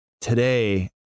today